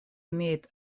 имеет